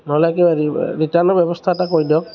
নহ'লে কিবা ৰিটাৰ্ণৰ ব্যৱস্থা এটা কৰি দিয়ক